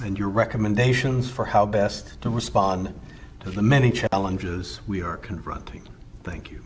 and your recommendations for how best to respond to the many challenges we are confronting thank you